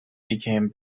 became